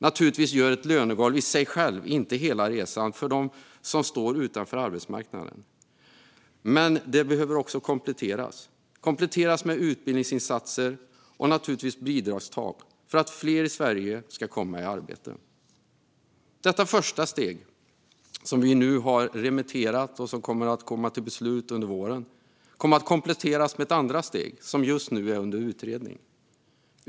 Naturligtvis gör ett lönegolv i sig självt inte hela resan för dem som står utanför arbetsmarknaden. Det behöver kompletteras med utbildningsinsatser och naturligtvis bidragstak för att fler i Sverige ska komma i arbete. Detta första steg, som vi nu har remitterat och som det ska fattas beslut om under våren, kommer att kompletteras med ett andra steg som just nu är under utredning.